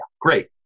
Great